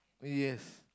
yes